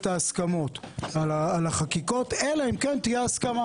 ההסכמות על החקיקות אלא אם כן תהיה הסכמה.